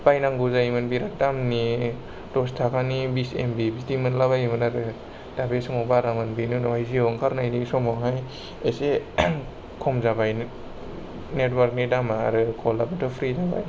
बायनांगौ जायोमोन बिराट दामनि दस थाखानि बिस एमबि बिदि मोनला बायोमोन आरो दा बे समाव बारामोन बेनि उनाव जिअ ओंखारनायनि समावहाय एसे खम जाबाय नेटवार्कनि दामा ओमफ्राय कलाबोथ' फ्रि जाबाय